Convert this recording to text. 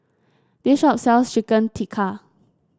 this shop sells Chicken Tikka